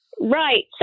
Right